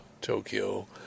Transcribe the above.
Tokyo